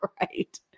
right